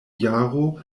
jaro